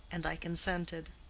and i consented.